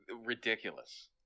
Ridiculous